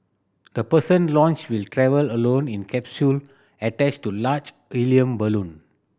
the person launched will travel alone in capsule attached to large helium balloon